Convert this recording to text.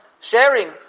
sharing